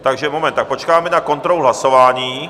Takže moment, počkáme na kontrolu hlasování.